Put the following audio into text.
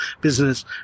business